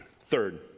Third